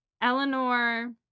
Eleanor